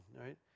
right